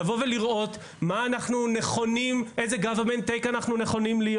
לבוא ולראות איזה government take אנחנו נכונים להיות